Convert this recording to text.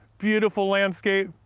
beautiful landscape,